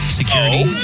security